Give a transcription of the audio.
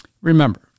Remember